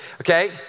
Okay